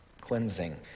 cleansing